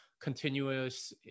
continuous